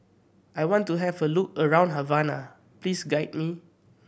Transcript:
I want to have a look around Havana please guide me